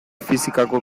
fisikako